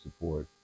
support